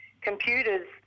computers